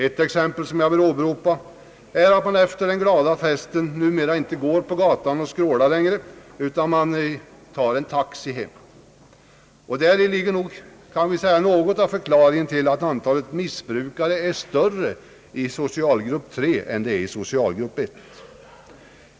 Ett exempel som jag vill åberopa är att man efter den glada festen numera inte längre går på gatorna och skrålar, utan man tar en taxi hem. Däri ligger säkerligen något av förklaringen till att antalet missbrukare är större i socialgrupp 3 än i socialgrupp 1.